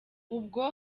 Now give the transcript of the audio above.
ubwo